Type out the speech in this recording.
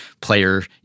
player